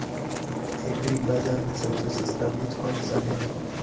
Agree बाज़ार में सबसे सस्ता बीज कौनसा है?